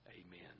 Amen